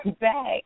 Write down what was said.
back